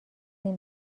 این